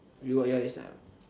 you what is time